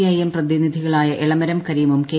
I M പ്രതിനിധികളായ എളമരം കരീമും K